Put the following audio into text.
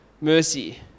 mercy